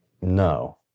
No